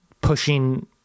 pushing